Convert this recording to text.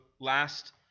last